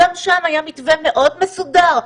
גם שם היה מתווה מאוד מסודר.